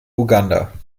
uganda